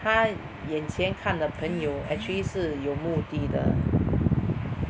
她眼前看的朋友 actually 是有目的的